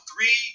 three